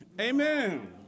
Amen